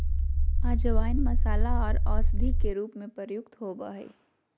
अजवाइन मसाला आर औषधि के रूप में प्रयुक्त होबय हइ